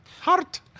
heart